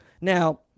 Now